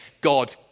God